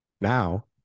Now